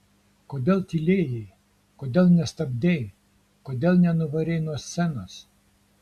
kodėl tylėjai kodėl nestabdei kodėl nenuvarei nuo scenos